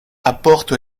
apporte